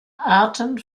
arten